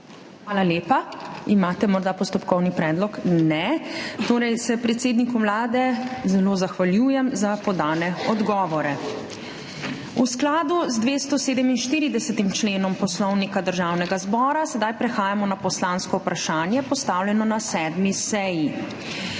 Hvala lepa. Imate morda postopkovni predlog? Ne. Torej se predsedniku Vlade zelo zahvaljujem za podane odgovore. V skladu z 247. členom Poslovnika Državnega zbora sedaj prehajamo na poslansko vprašanje postavljeno na 7. seji.